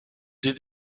did